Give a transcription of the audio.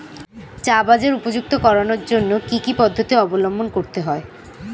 চা বাজার উপযুক্ত করানোর জন্য কি কি পদ্ধতি অবলম্বন করতে হয়?